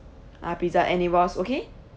uh pizza and it was okay